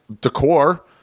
decor